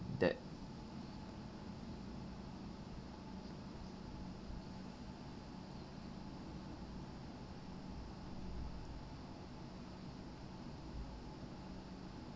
that